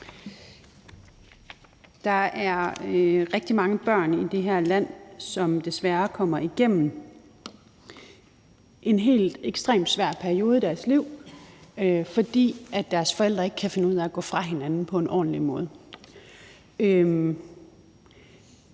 Der er rigtig mange børn i det her land, som desværre kommer igennem en helt ekstremt svær periode af deres liv, fordi deres forældre ikke kan finde ud af at gå fra hinanden på en ordentlig måde.